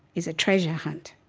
is a treasure hunt.